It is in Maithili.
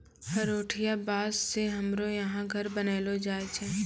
हरोठिया बाँस से हमरो यहा घर बनैलो जाय छै